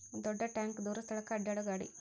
ದೊಡ್ಡ ಟ್ಯಾಂಕ ದೂರ ಸ್ಥಳಕ್ಕ ಅಡ್ಯಾಡು ಗಾಡಿ